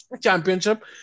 championship